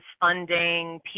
funding